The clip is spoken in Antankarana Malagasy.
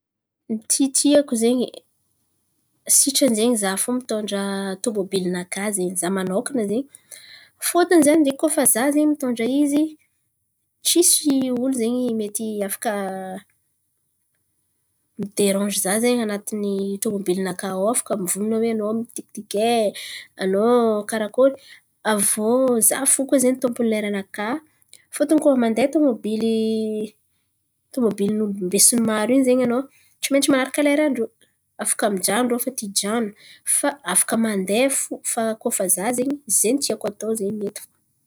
Ny tiatiàko zen̈y sitrany zen̈y za fo mitondra tômôbily nakà zen̈y za manokana zen̈y. Fôtony zen̈y koa fa za zen̈y mitondra izy tsisy olo zen̈y mety afaka mideranzy za zen̈y anatiny tômôbily nakà ao, afaka mivolan̈a oe anao mitikitikay, anao karakôry. Aviô za fo koa zen̈y tômpiny leranakà fôtony koa mandeha tômôbily tômôbilin'olo besinimaro in̈y zen̈y anao tsy maintsy man̈araka leran-drô. Afaka mijanon̈o rô fa ty hijanon̈o fa afaka mandeha fo fa koa fa za zen̈y ze tiako atao zen̈y mety fo.